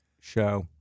show